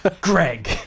Greg